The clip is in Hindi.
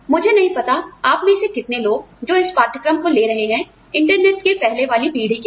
मुझे नहीं पता आप में से कितने लोग जो इस पाठ्यक्रम को ले रहे हैं इंटरनेट के पहले वाली पीढ़ी के हैं